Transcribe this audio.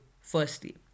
firstly